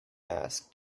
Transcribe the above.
asked